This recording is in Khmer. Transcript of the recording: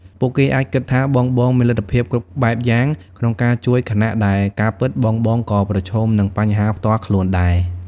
ពួកគេអាចគិតថាបងៗមានលទ្ធភាពគ្រប់បែបយ៉ាងក្នុងការជួយ ខណៈដែលការពិតបងៗក៏ប្រឈមនឹងបញ្ហាផ្ទាល់ខ្លួនដែរ។